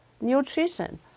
Nutrition